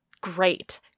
great